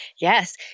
Yes